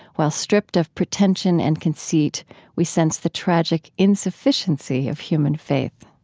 while stripped of pretension and conceit we sense the tragic insufficiency of human faith.